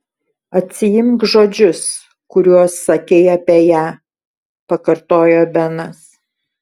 atsiimk žodžius kuriuos sakei apie ją pakartojo benas